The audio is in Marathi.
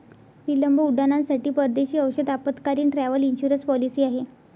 विलंब उड्डाणांसाठी परदेशी औषध आपत्कालीन, ट्रॅव्हल इन्शुरन्स पॉलिसी आहे